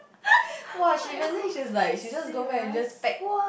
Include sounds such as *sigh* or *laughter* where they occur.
*laughs* what you cook serious